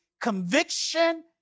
conviction